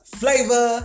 flavor